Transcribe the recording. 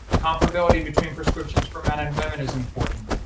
comparability between prescriptions for men and women is important.